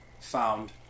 found